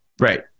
Right